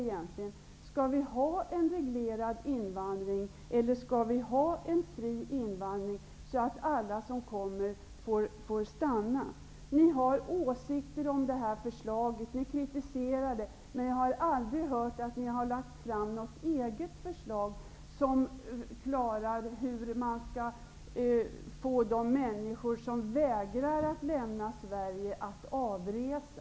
Skall det vara en reglerad invandring, eller skall det vara en fri invandring innebärande att alla som kommer hit får stanna? Ni har åsikter om förslaget och ni kritiserar det. Men jag har aldrig hört att ni har lagt fram något eget förslag som förklarar hur man skall få de människor som vägrar att lämna Sverige att avresa.